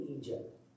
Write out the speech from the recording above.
Egypt